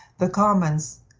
the commons,